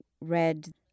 read